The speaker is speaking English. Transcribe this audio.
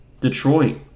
Detroit